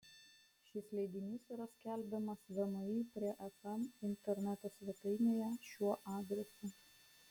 šis leidinys yra skelbiamas vmi prie fm interneto svetainėje šiuo adresu